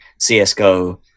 CSGO